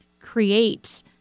create